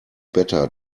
better